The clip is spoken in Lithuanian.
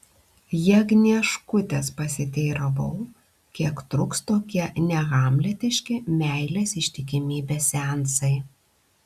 jagnieškutės pasiteiravau kiek truks tokie nehamletiški meilės ištikimybės seansai